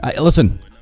listen